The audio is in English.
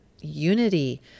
unity